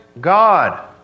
God